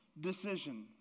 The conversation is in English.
decision